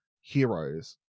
heroes